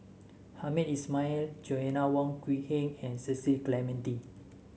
Hamed Ismail Joanna Wong Quee Heng and Cecil Clementi